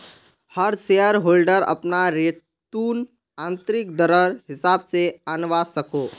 हर share holder अपना return आंतरिक दरर हिसाब से आंनवा सकोह